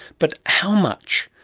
but how much,